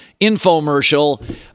infomercial